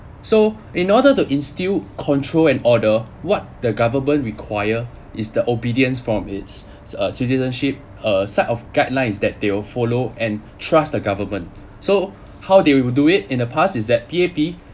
so in order to instil control and order what the government require is the obedience from its uh citizenship a set of guidelines that they will follow and trust the government so how did we do it in the past is that P_A_P